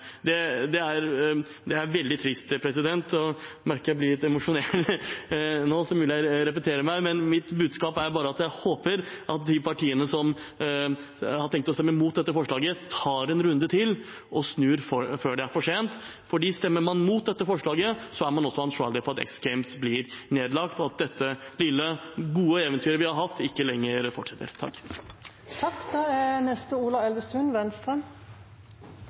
Det er veldig trist. Jeg merker jeg blir litt emosjonell nå, så det er mulig jeg repeterer meg, men mitt budskap er bare at jeg håper de partiene som har tenkt å stemme imot dette forslaget, tar en runde til og snur før det er for sent. For stemmer man imot dette forslaget, er man også ansvarlig for at X Games blir nedlagt, og at dette lille, gode eventyret vi har hatt, ikke lenger fortsetter. Det er